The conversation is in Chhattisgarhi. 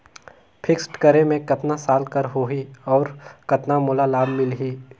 फिक्स्ड करे मे कतना साल कर हो ही और कतना मोला लाभ मिल ही?